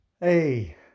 hey